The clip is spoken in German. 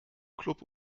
club